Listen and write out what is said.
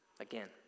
Again